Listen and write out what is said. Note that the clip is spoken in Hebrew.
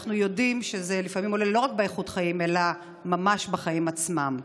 אנחנו יודעים שלפעמים זה עולה לא רק באיכות חיים אלא ממש בחיים עצמם.